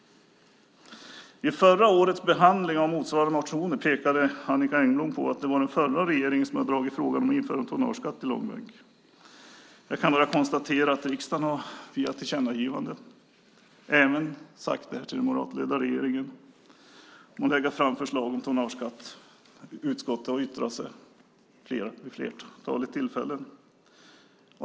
I förra årets behandling av motsvarande motioner pekade Annicka Engblom på att det var den förra regeringen som hade dragit frågan om införande av tonnageskatt i långbänk. Jag kan bara konstatera att riksdagen via ett tillkännagivande har sagt till den moderatledda regeringen att den bör lägga fram ett förslag om tonnageskatt. Utskottet har yttrat sig vid ett flertal tillfällen.